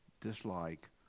dislike